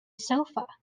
sofa